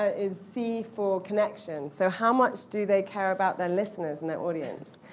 ah is c, for connection. so how much do they care about their listeners and their audience?